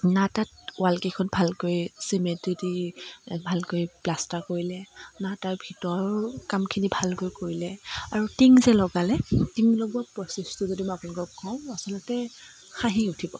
না তাত ৱালকেইখন ভালকৈ চিমেন্টেদি দি ভালকৈ প্লাষ্টাৰ কৰিলে না তাৰ ভিতৰৰো কামখিনি ভালকৈ কৰিলে আৰু টিন যে লগালে টিন লগোৱা প্ৰচেছটো যদি মই আপোনালোকক কওঁ আচলতে হাঁহি উঠিব